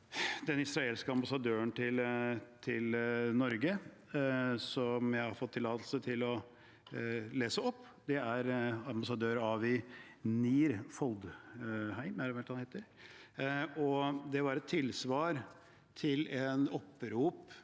den israelske ambassadøren til Norge, som jeg har fått tillatelse til å lese opp. Det er ambassadør Avi Nir-Feldklein, og det var et tilsvar til Isabelle